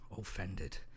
offended